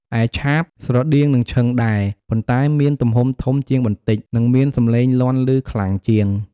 ឯឆាប ស្រដៀងនឹងឈិងដែរ ប៉ុន្តែមានទំហំធំជាងបន្តិច និងមានសំឡេងលាន់ឮខ្លាំងជាង។